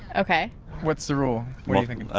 ok what's the rule you think?